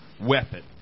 weapon